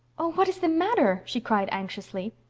oh, what is the matter? she cried anxiously.